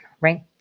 Right